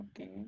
Okay